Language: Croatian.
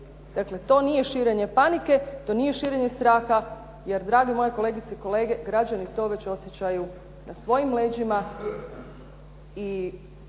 Dakle, to nije širenje panike, to nije širenje straha, jer drage moje kolegice i kolege građani to već osjećaju na svojim leđima